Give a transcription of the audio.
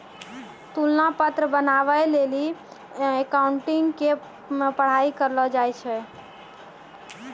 तुलना पत्र बनाबै लेली अकाउंटिंग के पढ़ाई करलो जाय छै